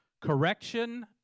correction